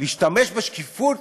להשתמש בשקיפות